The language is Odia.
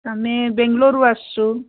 ଆମେ ବାଙ୍ଗଲୋରରୁ ଆସିଛୁ